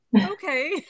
okay